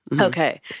Okay